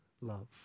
love